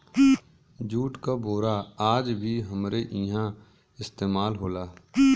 jute क बोरा आज भी हमरे इहां इस्तेमाल होला